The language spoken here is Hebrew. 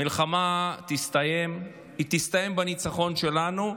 המלחמה תסתיים בניצחון שלנו,